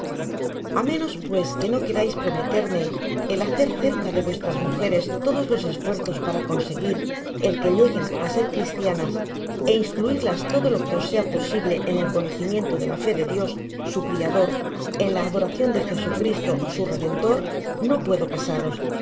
a menos pues que no querais prometerme el hacer cerca de vuestras mujeres todos los esfuerzos para conseguir el que lleguen á ser cristianas é instruirlas todo lo que os sea posible en el conocimiento de la fé de dios su criador en la adoracion de jesucristo su redentor no puedo casaros